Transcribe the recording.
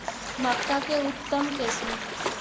मक्का के उतम किस्म?